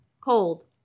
Cold